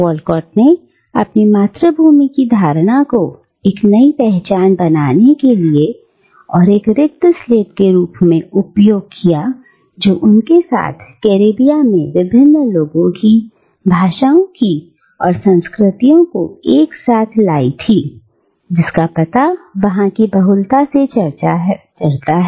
Walcott ने अपनी मातृभूमि की धारणा को एक नई पहचान बनाने के लिए एक रिक्त स्लेट के रूप में उपयोग किया जो अपने साथ कैरिबिया में विभिन्न लोगों की भाषाओं की और संस्कृतियों को एक साथ लाई थी जिसका पता वहां की बहुलता से चलता है